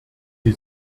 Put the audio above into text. sie